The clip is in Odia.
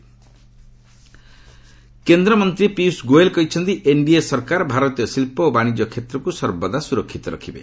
ଏଲ୍ଏସ୍ ପିୟୁଷ ଗୋଏଲ୍ କେନ୍ଦ୍ରମନ୍ତ୍ରୀ ପୀୟୁଷ ଗୋଏଲ୍ କହିଛନ୍ତି ଏନ୍ଡିଏ ସରକାର ଭାରତୀୟ ଶିଳ୍ପ ଓ ବାଶିଜ୍ୟ କ୍ଷେତ୍ରକୁ ସର୍ବଦା ସୁରକ୍ଷିତ ରଖିବେ